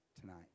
tonight